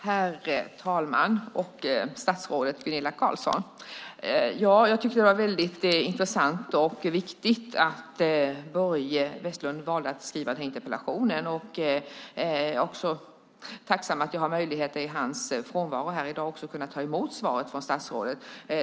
Herr talman! Det var intressant och viktigt att Börje Vestlund valde att skriva denna interpellation. Jag är också tacksam för att jag har möjlighet att i hans frånvaro i dag ta emot svaret från statsrådet.